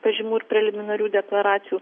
pažymų ir preliminarių deklaracijų